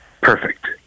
perfect